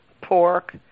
pork